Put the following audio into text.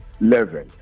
level